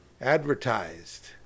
advertised